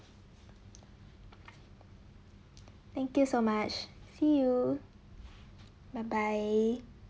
thank you so much see you bye bye